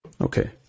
Okay